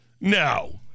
No